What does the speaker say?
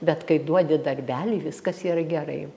bet kai duodi darbelį viskas yra gerai